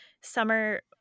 summer